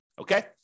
Okay